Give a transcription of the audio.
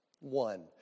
One